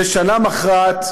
זו שנה מכרעת,